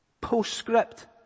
postscript